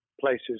places